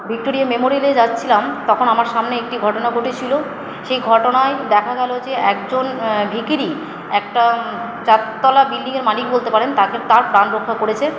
Victoria মেমোরিয়ালে যাচ্ছিলাম তখন আমার সামনে একটি ঘটনা ঘটেছিলো সেই ঘটনায় দেখা গেল যে একজন ভিখিরি একটা চারতলা বিল্ডিং এর মালিক বলতে পারেন তাকে তার প্রাণরক্ষা করেছে